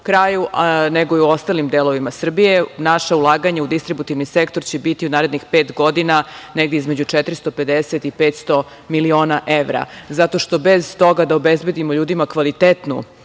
kraju nego i u ostalim delovima Srbije. Naš ulaganja u distributivni sektor će biti u narednih pet godina negde između 450 – 500 miliona evra. Zato što bez toga da obezbedimo ljudima kvalitetnu